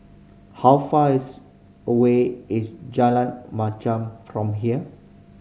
how far is away is Jalan Machang from here